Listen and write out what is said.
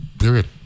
Period